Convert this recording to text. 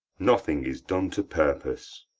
nothing is done to purpose.